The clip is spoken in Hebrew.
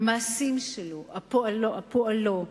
המעשים שלו, פועלו,